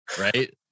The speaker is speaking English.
right